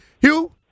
Hugh